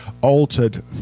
altered